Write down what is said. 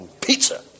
pizza